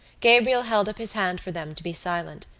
gabriel held up his hand for them to be silent.